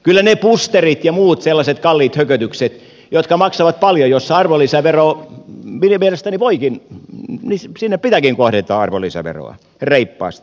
kyllä niihin bustereihin ja muihin sellaisiin kalliisiin hökötyksiin jotka maksavat paljon jos arvolisävero on mielestäni voikin olisi siinä kylläkin pitääkin kohdentaa arvonlisäveroa reippaasti